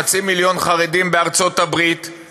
חצי מיליון חרדים בארצות-הברית,